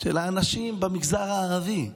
של האנשים במגזר הערבי,